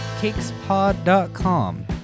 cakespod.com